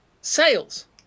Sales